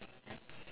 on the left